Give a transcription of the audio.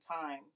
time